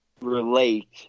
relate